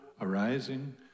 arising